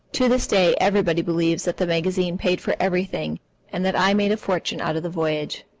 to this day everybody believes that the magazine paid for everything and that i made a fortune out of the voyage.